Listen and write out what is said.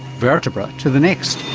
vertebra, to the next.